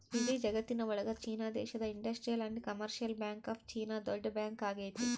ಇಡೀ ಜಗತ್ತಿನ ಒಳಗ ಚೀನಾ ದೇಶದ industrial and commercial bank of China ದೊಡ್ಡ ಬ್ಯಾಂಕ್ ಆಗೈತೆ